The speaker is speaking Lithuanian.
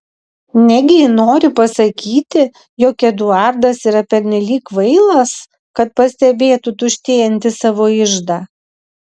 negi ji nori pasakyti jog eduardas yra pernelyg kvailas kad pastebėtų tuštėjantį savo iždą